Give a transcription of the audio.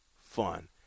fun